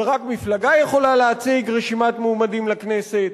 ורק מפלגה יכולה להציג רשימת מועמדים לכנסת,